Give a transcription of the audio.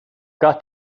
got